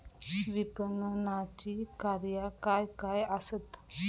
विपणनाची कार्या काय काय आसत?